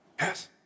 Yes